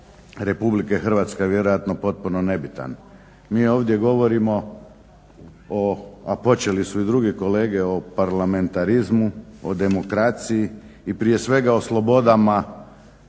Hrvatske vjerojatno potpuno nebitan. Mi ovdje govorimo, a počeli su i drugi kolege o parlamentarizmu, o demokraciji i prije svega o slobodama,